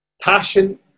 Passion